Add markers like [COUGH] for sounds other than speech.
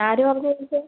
ആര് പറഞ്ഞ് [UNINTELLIGIBLE]